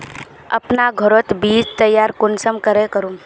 अपना घोरोत बीज तैयार कुंसम करे करूम?